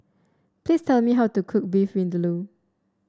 please tell me how to cook Beef Vindaloo